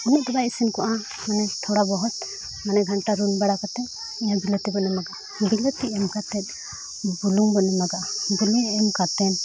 ᱩᱱᱟᱹᱜ ᱫᱚ ᱵᱟᱭ ᱤᱥᱤᱱ ᱠᱚᱜᱼᱟ ᱢᱟᱱᱮ ᱛᱷᱚᱲᱟ ᱵᱚᱦᱚᱛ ᱢᱟᱱᱮ ᱜᱷᱟᱱᱴᱟ ᱨᱩᱱ ᱵᱟᱲᱟ ᱠᱟᱛᱮᱫ ᱵᱤᱞᱟᱹᱛᱤ ᱵᱚᱱ ᱮᱢᱟᱜᱼᱟ ᱵᱤᱞᱟᱹᱛᱤ ᱮᱢ ᱠᱟᱛᱮᱫ ᱵᱩᱞᱩᱝ ᱵᱚᱱ ᱮᱢᱟᱜᱼᱟ ᱵᱩᱞᱩᱝ ᱮᱢ ᱠᱟᱛᱮᱫ